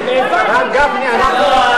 נאבקנו.